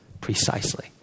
precisely